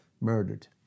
Murdered